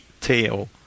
tail